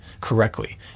correctly